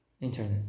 internet